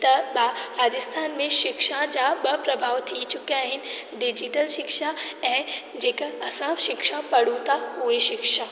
त राजस्थान में शिक्षा जा ॿ प्रभाव थी चुकिया आहिनि डिजीटल शिक्षा ऐं जेका असां शिक्षा पढ़ूं था उहे शिक्षा